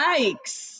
Yikes